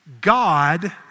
God